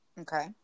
Okay